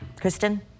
Kristen